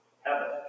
heaven